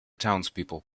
townspeople